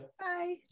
Bye